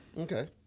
Okay